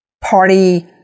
party